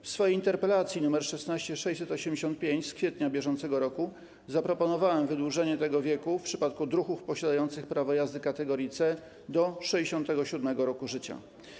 W swojej interpelacji nr 16685 z kwietnia br. zaproponowałem wydłużenie tego wieku w przypadku druhów posiadających prawo jazdy kategorii C do 67. roku życia.